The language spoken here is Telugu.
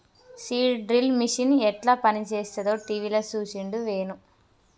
సీడ్ డ్రిల్ మిషన్ యెట్ల పనిచేస్తదో టీవీల చూసిండు వేణు